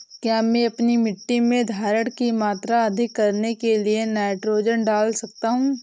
क्या मैं अपनी मिट्टी में धारण की मात्रा अधिक करने के लिए नाइट्रोजन डाल सकता हूँ?